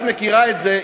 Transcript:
את מכירה את זה.